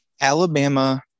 Alabama